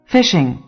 Fishing